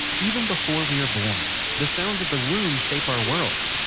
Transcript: even before we are born, the sounds of the womb shape our world.